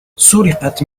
سُرقت